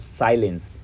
silence